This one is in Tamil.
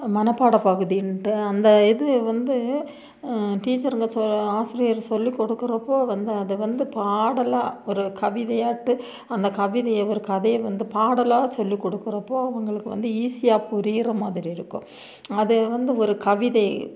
மனப்பாடம் பகுதின்ட்டு அந்த இது வந்து டீச்சருங்கள் சொ ஆசிரியர் சொல்லிக் கொடுக்கிறப்போ வந்து அதை வந்து பாடலாக ஒரு கவிதையாகட்டு அந்த கவிதையை ஒரு கதையை வந்து பாடலாக சொல்லிக் கொடுக்கிறப்போ அவங்களுக்கு வந்து ஈஸியாக புரிகிற மாதிரி இருக்கும் அது வந்து ஒரு கவிதை